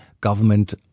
government